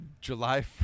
July